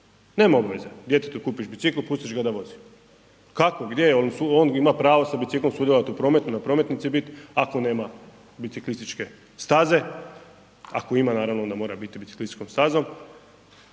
nema obveze, djetetu kupiš bicikl i pustiš ga da vozi. Kako, gdje, on ima pravo sa biciklom sudjelovati u prometu na prometnici bit, ako nema biciklističke staze, ako ima, naravno, onda mora biciklističkom stazom,